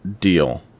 deal